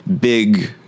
big